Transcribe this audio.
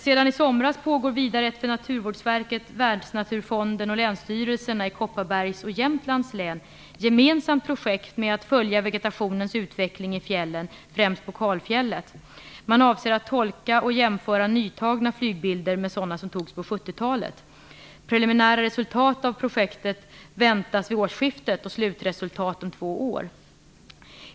Sedan i somras pågår ett för Naturvårdsverket, Världsnaturfonden och länsstyrelserna i Kopparbergs och Jämtlands län gemensamt projekt med att följa vegetationens utveckling i fjällen, främst på kalfjället. Man avser att tolka och jämföra nytagna flygbilder med sådana som togs på 1970-talet. Preliminära resultat av projektet väntas vid årsskiftet, och slutresultat väntas om två år.